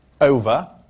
over